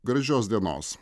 gražios dienos